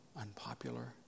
unpopular